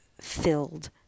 filled